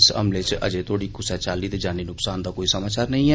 इस हमले च अजें तोड़ी कुसै चाल्ली दे जानी नुक्सान दा कोई समाचार नेईं ऐ